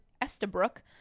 Estabrook